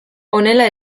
honela